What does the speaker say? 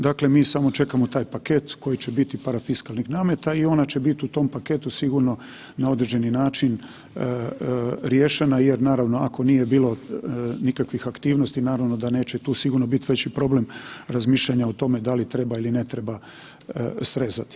Dakle, mi samo čekamo taj paket koji će biti parafiskalnih nameta i ona će biti u tom paketu sigurno na određeni način riješena jer naravno ako nije bilo nikakvi aktivnosti naravno da neće tu sigurno biti veći problem razmišljanja o tome da li treba ili ne treba srezati.